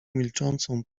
milczącą